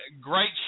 great